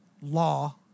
law